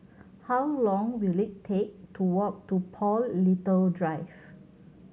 how long will it take to walk to Paul Little Drive